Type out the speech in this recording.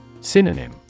Synonym